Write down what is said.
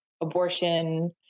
abortion